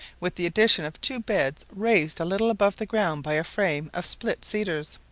with the addition of two beds raised a little above the ground by a frame of split cedars.